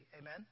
amen